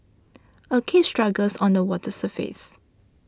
a carp struggles on the water's surface